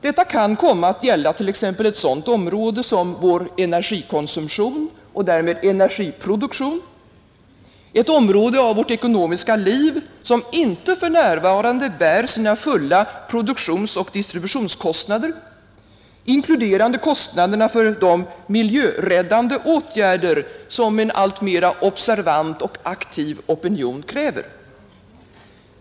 Detta kan komma att gälla t.ex. ett sådant område som vår energikonsumtion och därmed energiproduktion, ett område av vårt ekonomiska liv, som icke för närvarande bär sina fulla produktionsoch distributionskostnader, inkluderande kostnaderna för de miljöräddande åtgärder som en alltmer observant och aktiv opinion kräver.